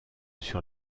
sur